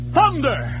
Thunder